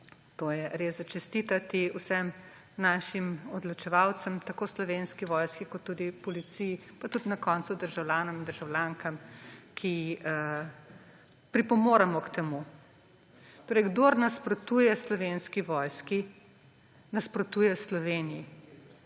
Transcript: To je res za čestitati vsem našim odločevalcem, tako Slovenski vojski kot tudi Policiji, pa tudi na koncu državljanom in državljankam, ki pripomoremo k temu. Torej kdor nasprotuje Slovenski vojski, nasprotuje Sloveniji.